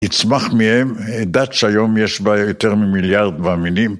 יצמח מהם דת שהיום יש בה יותר ממיליארד מאמינים.